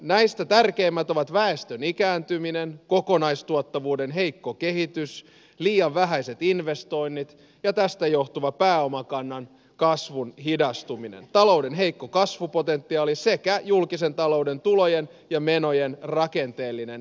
näistä tärkeimmät ovat väestön ikääntyminen kokonaistuottavuuden heikko kehitys liian vähäiset investoinnit ja tästä johtuva pääomakannan kasvun hidastuminen talouden heikko kasvupotentiaali sekä julkisen talouden tulojen ja menojen rakenteellinen epätasapaino